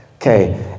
okay